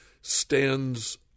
stands